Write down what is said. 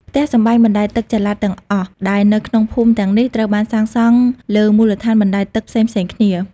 ផ្ទះសម្បែងបណ្ដែតទឹកចល័តទាំងអស់ដែលនៅក្នុងភូមិទាំងនេះត្រូវបានសាងសង់លើមូលដ្ឋានអណ្ដែតទឹកផ្សេងៗគ្នា។